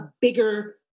bigger